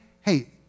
Hey